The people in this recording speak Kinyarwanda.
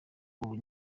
ubu